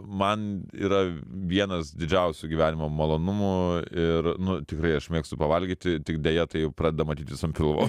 man yra vienas didžiausių gyvenimo malonumų ir nu tikrai aš mėgstu pavalgyti tik deja tai jau pradeda matytis an pilvo